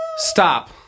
Stop